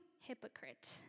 hypocrite